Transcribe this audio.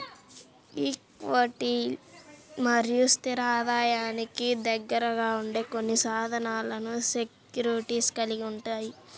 ఈక్విటీలు మరియు స్థిర ఆదాయానికి దగ్గరగా ఉండే కొన్ని సాధనాలను సెక్యూరిటీస్ కలిగి ఉంటాయి